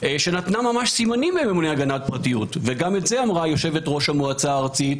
שנתנה סימנים לממונה הגנת פרטיות וגם את זה אמרה יושבת-ראש המועצה הארצית